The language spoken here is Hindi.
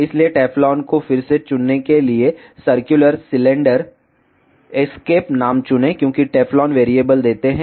इसलिए टेफ्लॉन को फिर से चुनने के लिए सर्कुलर सिलेंडर एस्केप नाम चुनें क्योंकि टेफ्लॉन वैरिएबल देते हैं